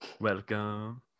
welcome